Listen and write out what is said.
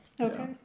Okay